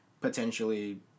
potentially